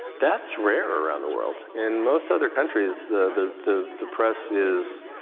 that's rare around the world. in most other countries the, the, the press is,